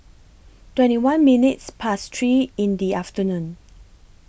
twenty one minutes Past three in The afternoon